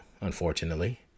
unfortunately